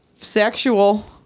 sexual